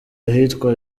ahitwa